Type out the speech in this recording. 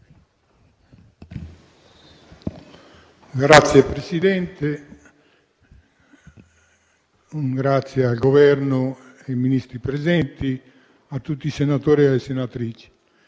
Signor Presidente, ringrazio il Governo e i Ministri presenti, tutti i senatori e le senatrici.